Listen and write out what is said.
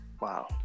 Wow